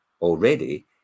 already